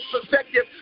perspective